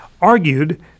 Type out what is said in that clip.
argued